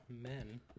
men